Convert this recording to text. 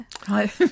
Hi